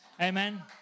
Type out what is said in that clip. Amen